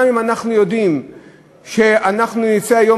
גם אם אנחנו יודעים שאנחנו נצא היום,